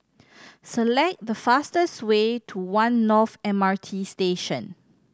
select the fastest way to One North M R T Station